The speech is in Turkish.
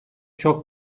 çok